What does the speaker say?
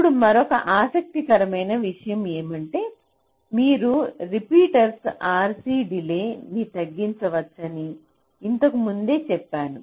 ఇప్పుడు మరొక ఆసక్తికరమైన విషయం ఏమంటే మీరు రిపీటర్లతో RC డిలే న్ని తగ్గించవచ్చని ఇంతకు ముందే చెప్పాను